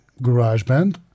GarageBand